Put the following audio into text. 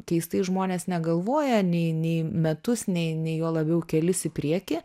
keistai žmonės negalvoja nei nei metus nei nei juo labiau kelis į priekį